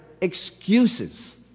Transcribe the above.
excuses